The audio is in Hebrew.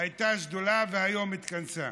הייתה שדולה, היום התכנסה.